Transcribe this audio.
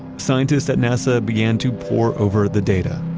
scientists at nasa began to pour over the data,